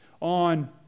on